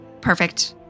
Perfect